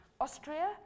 Austria